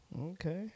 Okay